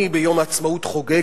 אני ביום העצמאות חוגג,